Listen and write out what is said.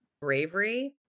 bravery